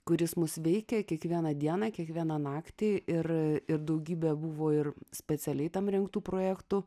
kuris mus veikia kiekvieną dieną kiekvieną naktį ir ir daugybė buvo ir specialiai tam rengtų projektų